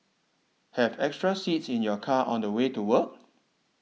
have extra seats in your car on the way to work